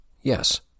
Yes